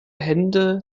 hände